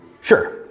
sure